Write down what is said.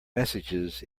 messages